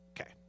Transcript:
okay